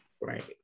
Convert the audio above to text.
Right